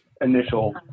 initial